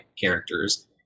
characters